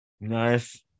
Nice